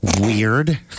weird